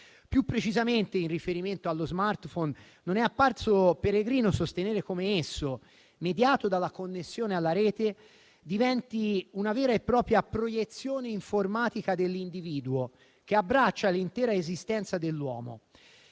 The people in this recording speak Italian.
Più precisamente, in riferimento allo *smartphone*, non è apparso peregrino sostenere come esso, mediato dalla connessione alla rete, diventi una vera e propria proiezione informatica dell'individuo che abbraccia l'intera esistenza dell'uomo.